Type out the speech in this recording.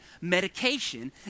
medication